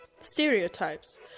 stereotypes